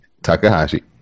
Takahashi